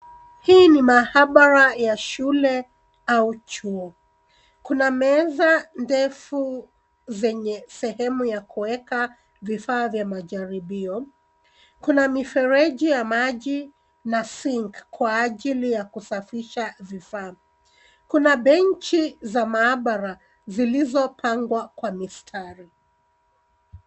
Hii ni maabara ya shule au chuo. Kuna meza ndefu, zenye sehemu ya kuweka vifaa vya majaribio. Kuna mifereji ya maji na sink , kwa ajili ya kusafisha vifaa. Kuna benchi za maabara, zilizopangwa kwa mistari.